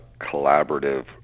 collaborative